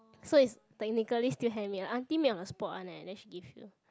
so it's technically still handmade the aunty make on the spot one eh then she give you